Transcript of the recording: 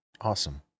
awesome